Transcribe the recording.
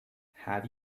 have